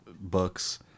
books